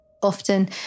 Often